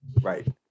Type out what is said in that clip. right